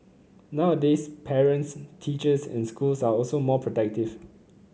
nowadays parents teachers and schools are also more protective